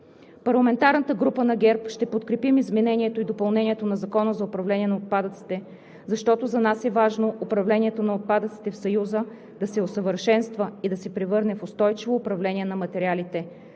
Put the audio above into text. Парламентарната група на ГЕРБ ще подкрепим изменението и допълнението на Закона за управление на отпадъците, защото за нас е важно управлението на отпадъците в Съюза да се усъвършенства и да се превърне в устойчиво управление на материалите